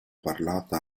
parlata